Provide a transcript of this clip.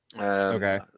Okay